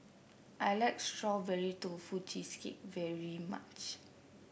I like Strawberry Tofu Cheesecake very much